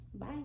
bye